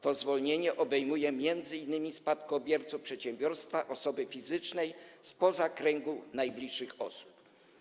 To zwolnienie obejmuje m.in. spadkobierców przedsiębiorstwa osoby fizycznej spoza kręgu najbliższych osób.